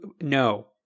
No